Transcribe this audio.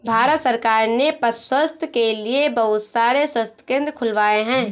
भारत सरकार ने पशु स्वास्थ्य के लिए बहुत सारे स्वास्थ्य केंद्र खुलवाए हैं